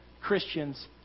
Christians